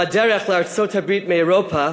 בדרך לארצות-הברית מאירופה,